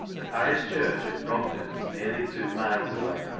the parish church of brogden was nearly two miles away,